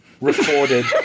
recorded